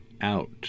out